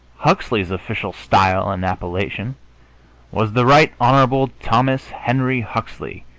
huxley's official style and appellation was the right hon. thomas henry huxley,